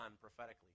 prophetically